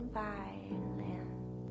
violence